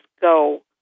go